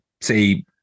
say